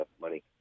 money